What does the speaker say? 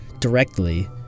directly